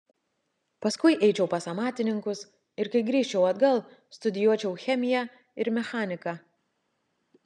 paskui eičiau pas amatininkus ir kai grįžčiau atgal studijuočiau chemiją ir mechaniką